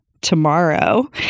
tomorrow